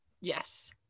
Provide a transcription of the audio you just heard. Yes